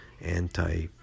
anti